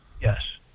Yes